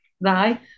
right